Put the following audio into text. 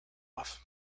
off